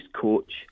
coach